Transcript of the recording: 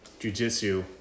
jujitsu